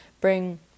bring